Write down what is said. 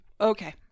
okay